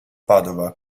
padova